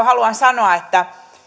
haluan sanoa että